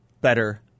better